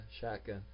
shotgun